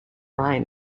rhine